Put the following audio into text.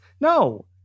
No